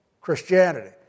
Christianity